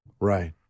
right